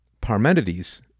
Parmenides